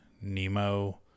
nemo